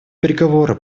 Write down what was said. переговоры